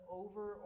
over